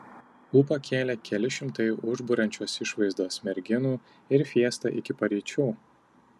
ūpą kėlė keli šimtai užburiančios išvaizdos merginų ir fiesta iki paryčių